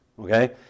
Okay